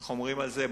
איך אומרים על זה?